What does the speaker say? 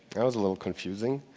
that was a little confusing.